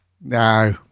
No